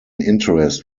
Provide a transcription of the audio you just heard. interest